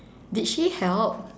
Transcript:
did she help